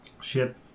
ship